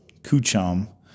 Kuchum